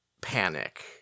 panic